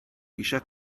eisiau